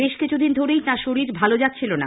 বেশ কিছু দিন ধরে তার শরীর ভালো যাচ্ছিল না